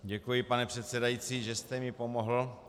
Děkuji, pane předsedající, že jste mi pomohl.